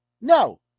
No